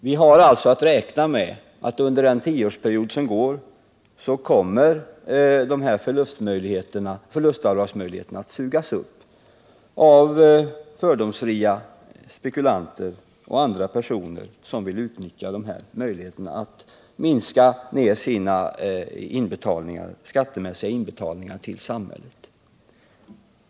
Vi haralltså att räkna med att under den tioårsperiod som nu följer kommer de här förlustavdragsmöjligheterna att utnyttjas av fördomsfria spekulanter och andra personer som vill minska sina skatteinbetalningar till samhället.